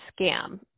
scam